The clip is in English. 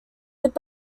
these